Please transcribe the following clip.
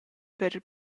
per